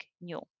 new